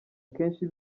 akenshi